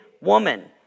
woman